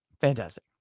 Fantastic